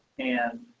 and